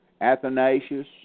Athanasius